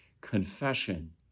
confession